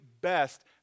best